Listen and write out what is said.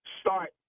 start